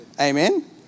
Amen